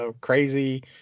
crazy